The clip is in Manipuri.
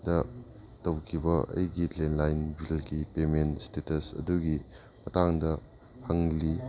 ꯗ ꯇꯧꯈꯤꯕ ꯑꯩꯒꯤ ꯂꯦꯟꯂꯥꯏꯟ ꯄꯦꯃꯦꯟ ꯏꯁꯇꯦꯇꯁ ꯑꯗꯨꯒꯤ ꯃꯇꯥꯡꯗ ꯍꯪꯂꯤ